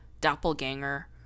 Doppelganger